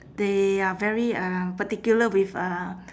they are very uh particular with uh